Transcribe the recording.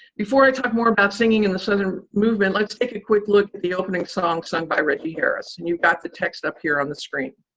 before i talk more about singing in the southern movement, let's take a quick look at the opening song, sung by reggie harris, and you've got the text up here on the screen.